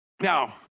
Now